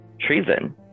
treason